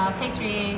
pastry